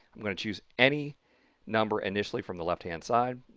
i'm going to choose any number initially from the left hand side,